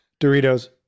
Doritos